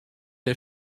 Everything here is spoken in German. der